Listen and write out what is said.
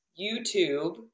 YouTube